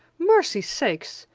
mercy sakes!